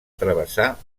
travessar